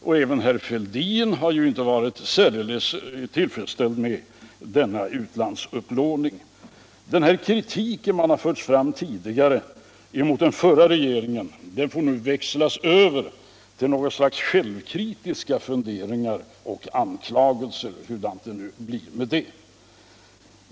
Inte hetler herr Fälldin har varit särdeles tillfredsställd med denna utlandsupplåning. Den kritik som riktats mot den förra regeringen får nu växlas över till något slags självkritiska funderingar och anklagelser — hurdant det nu blir med det.